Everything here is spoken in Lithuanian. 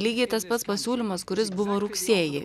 lygiai tas pats pasiūlymas kuris buvo rugsėjį